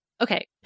Okay